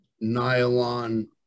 nylon